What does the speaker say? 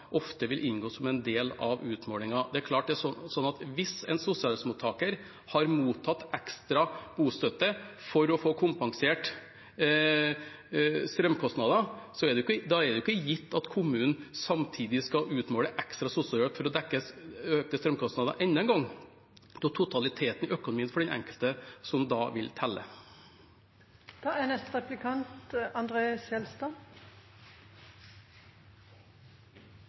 ofte vil inngå som en del av utmålingen. Det er klart at hvis en sosialhjelpsmottaker har mottatt ekstra bostøtte for å få kompensert strømkostnader, er det jo ikke gitt at kommunen samtidig skal utmåle ekstra sosialhjelp for å dekke økte strømkostnader enda en gang. Det er totaliteten i økonomien for den enkelte som da vil